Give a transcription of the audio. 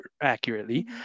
accurately